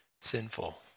sinful